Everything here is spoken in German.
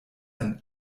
ein